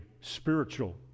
spiritual